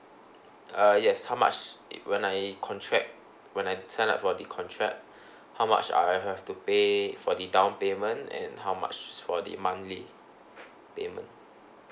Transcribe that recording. uh yes how much it when I contract when I sign up for the contract how much I have to pay for the down payment and how much for the monthly payment